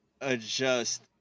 adjust